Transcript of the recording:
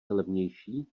levnější